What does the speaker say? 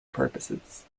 purposes